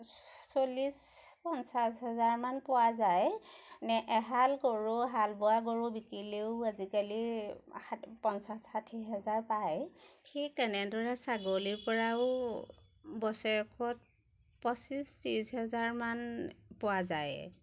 চ চল্লিছ পঞ্চাছ হেজাৰমান পোৱা যায় ইনে এহাল গৰু হাল বোৱা গৰু বিক্ৰীলেও আজিকালি ষাঠ পঞ্চাছ ষাঠি হাজাৰ পায় ঠিক তেনেদৰে ছাগলীৰ পৰাও বছৰেকত পঁচিছ ত্ৰিছ হেজাৰমান পোৱা যায়